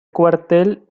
cuartel